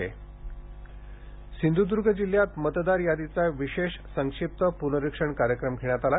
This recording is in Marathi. शंभरीचे मतदार सिंधूद्र्ग जिल्ह्यात मतदार यादीचा विशेष संक्षिप्त प्नरिक्षण कार्यक्रम घेण्यात आला